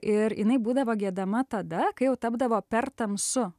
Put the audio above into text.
ir jinai būdavo giedama tada kai jau tapdavo per tamsu